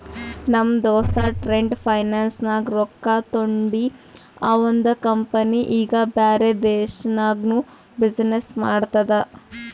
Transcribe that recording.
ನಮ್ ದೋಸ್ತ trade finance ನಾಗ್ ರೊಕ್ಕಾ ತೊಂಡಿ ಅವಂದ ಕಂಪನಿ ಈಗ ಬ್ಯಾರೆ ದೇಶನಾಗ್ನು ಬಿಸಿನ್ನೆಸ್ ಮಾಡ್ತುದ